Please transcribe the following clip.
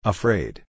Afraid